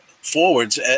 forwards